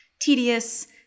tedious